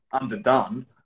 underdone